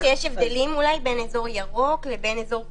שיש הבדלים אולי בין אזור ירוק לבין אזור כתום,